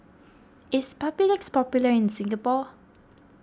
is Papulex popular in Singapore